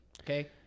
Okay